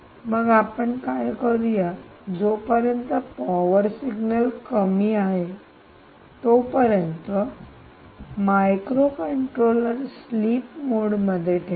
मग आपण काय करूया जोपर्यंत पॉवर सिग्नल कमी आहे तोपर्यंत मायक्रोकंट्रोलर स्लीप मोड मध्ये ठेवला